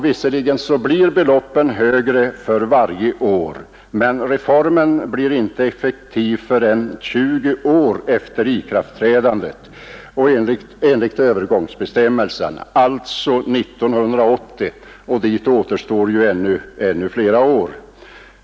Visserligen blir beloppen högre för varje år, men reformen är enligt övergångsbestämmelserna inte effektiv förrän 20 år efter ikraftträdandet, dvs. 1980, och dit återstår ännu flera år.